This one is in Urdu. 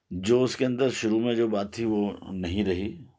جو اس کے اندر شروع میں جو بات تھی وہ نہیں رہی